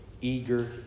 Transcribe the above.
eager